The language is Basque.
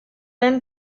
den